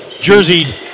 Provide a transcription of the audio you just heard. jersey